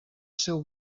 seu